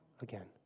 again